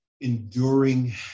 enduring